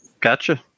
Gotcha